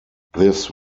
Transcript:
this